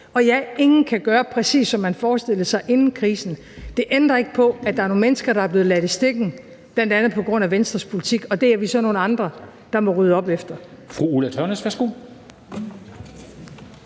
Og nej, ingen kan gøre, præcis som man forestillede sig inden krisen. Det ændrer ikke på, at der er nogle mennesker, der er blevet ladt i stikken, bl.a. på grund af Venstres politik, og det er vi så nogle andre der må rydde op efter.